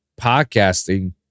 Podcasting